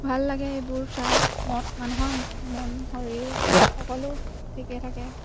ভাল লাগে এইবোৰ চাই মন মানুহৰ মন শৰীৰ সকলো ঠিকেই থাকে